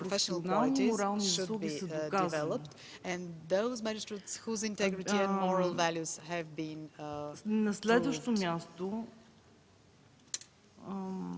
На следващо място,